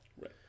right